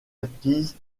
acquise